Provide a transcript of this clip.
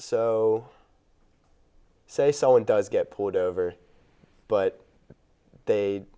so say so and does get pulled over but they